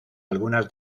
algunas